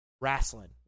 wrestling